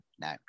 no